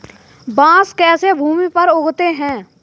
बांस कैसे भूमि पर उगते हैं?